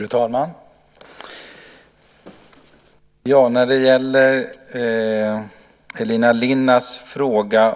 Fru talman! När det gäller Elina Linnas fråga